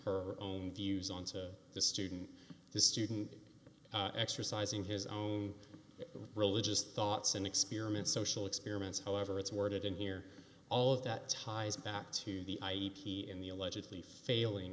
her own views on to the student the student exercising his own religious thoughts and experiment social experiments however it's worded in here all of that ties back to the i e t in the allegedly failing